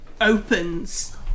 opens